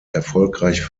erfolgreich